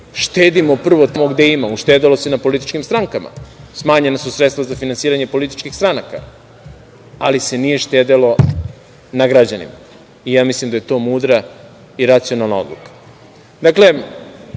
štedimo prvo tamo gde ima, uštedelo se na političkim strankama. Smanjena su sredstva za finansiranje političkih stranaka, ali se nije štedelo na građanima. Mislim da je to mudra i racionalna odluka. Dakle,